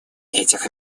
этих